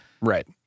right